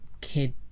kid